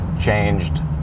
changed